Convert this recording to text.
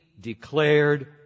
declared